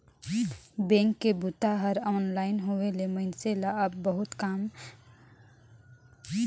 bank के बूता हर ऑनलाइन होए ले मइनसे ल अब बहुत कम बेंक में जाए ले परथे